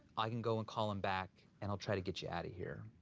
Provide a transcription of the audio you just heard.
i can go and call him back, and i'll try to get you out of here.